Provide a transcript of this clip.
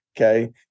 Okay